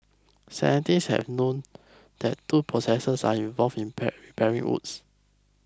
scientists have long that two processes are involved in pair repairing wounds